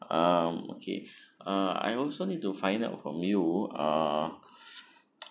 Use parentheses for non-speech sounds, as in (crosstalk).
um okay uh I also need to find out from you uh (breath) (noise)